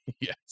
Yes